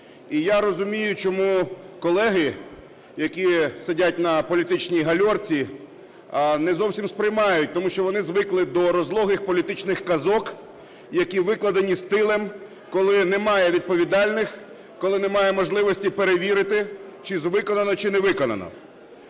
І я розумію, чому колеги, які сидять на політичній гальорці, не зовсім сприймають, тому що вони звикли до розлогих політичних казок, які викладені стилем, коли немає відповідальних, коли немає можливості перевірити чи виконано, чи не виконано.